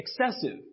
excessive